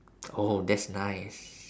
oh that's nice